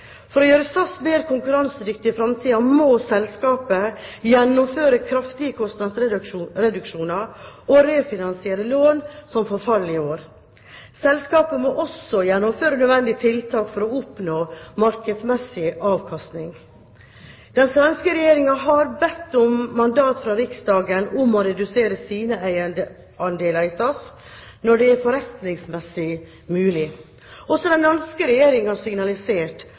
For å gjøre SAS mer konkurransedyktig i framtiden må selskapet gjennomføre kraftige kostnadsreduksjoner og refinansiere lån som forfaller i år. Selskapet må også gjennomføre nødvendige tiltak for å oppnå markedsmessig avkastning. Den svenske regjeringen har bedt om mandat fra Riksdagen til å redusere sine eierandeler i SAS når det er forretningsmessig mulig. Også den danske regjeringen har signalisert